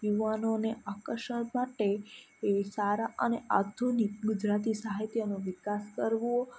યુવાનોને આકર્ષણ માટે એ સારા અને આધુનિક ગુજરાતી સાહિત્યનો વિકાસ કરવો